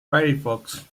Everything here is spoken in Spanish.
firefox